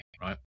right